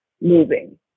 moving